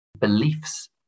beliefs